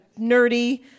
nerdy